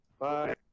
Bye